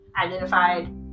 identified